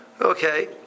Okay